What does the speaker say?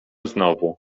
znowu